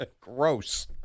Gross